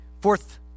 Fourth